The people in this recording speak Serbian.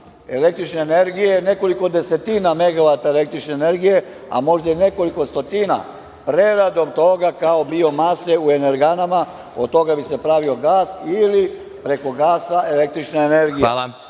električne energije, nekoliko desetina megavata električne energije, a možda i nekoliko stotina, preradom toga kao biomase u energenama, od toga bi se pravio gas, ili preko gasa električna energija. Takođe